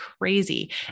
crazy